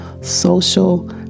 social